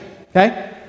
okay